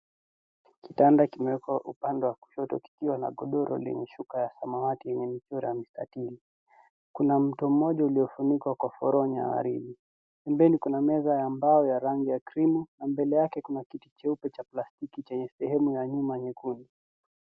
Kitanda kimewekwa upande wa kushoto kikiwa na godoro lenye shuka ya samawati lenye michoro ya mistatili. Kuna mto mmoja uliofunikwa kwa foronya ya waridi, pembeni kuna meza ya mbao ya rangi ya krimu ,na mbele yake kuna kiti cheupe cha plastiki, chenye sehemu ya nyuma nyekundu.